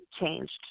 changed